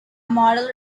model